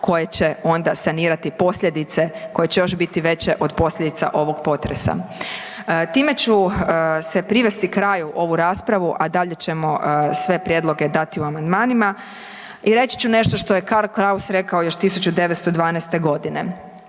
koje će onda sanirati posljedice koje će još biti veće od posljedica ovog potresa. Time ću se privesti kraju ovu raspravu, a dalje ćemo sve prijedloge dati u amandmanima i reći ću nešto što je Karl Kraus rekao još 1912. godine,